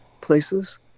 places